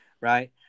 right